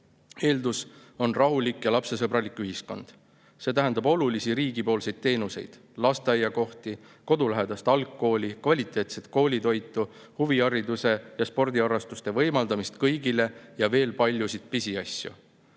eeldus on rahulik ja lapsesõbralik ühiskond. See tähendab olulisi riigipoolseid teenuseid – lasteaiakohti, kodulähedast algkooli, kvaliteetset koolitoitu, huvihariduse ja spordiharrastuste võimaldamist kõigile ja veel paljusid pisiasju.